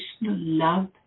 love